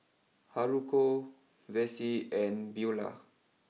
Haruko Vessie and Beulah